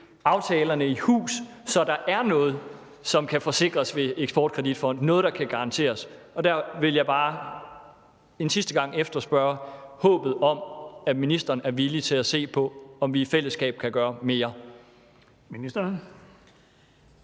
aftalerne i hus, så der er noget, som kan forsikres ved Eksport Kredit Fonden, altså noget, der kan garanteres. Og der vil jeg bare en sidste gang udtrykke håbet om, at ministeren er villig til at se på, om vi i fællesskab kan gøre mere.